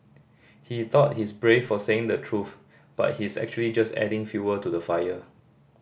he thought he's brave for saying the truth but he's actually just adding fuel to the fire